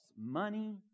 money